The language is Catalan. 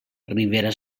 ribera